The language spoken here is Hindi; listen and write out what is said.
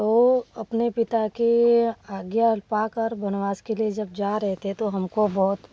तो अपने पिता की आज्ञा पाकर बनवास के लिए जब जा रहे थे तो हमको बहुत